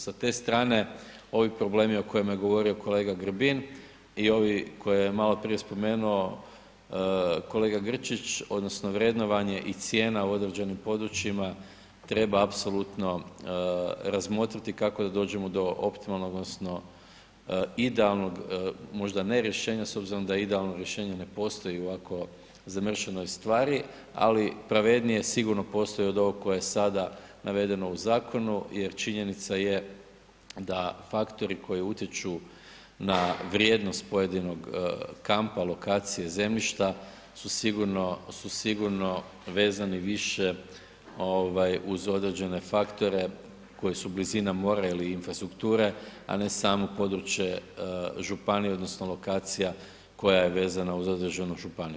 Sa te strane ovi problemi o kojima je govorio kolega Grbin i ovi koje je maloprije spomenuo kolega Grčić odnosno vrednovanje i cijena u određenim područjima treba apsolutno razmotriti kako da dođemo do optimalnog odnosno idealnog možda ne rješenja s obzirom da idealno rješenje ne postoji u ovako zamršenoj stvari ali pravednije sigurno postoji od ovog koje je sada navedeno u zakonu jer činjenica je da faktori koji utječu na vrijednost pojedinog kampa, lokacije, zemljišta su sigurno vezani više uz određene faktore koji su blizina mora ili infrastrukture a ne samo područje županije odnosno lokacija koja je vezano uz određenu županiju.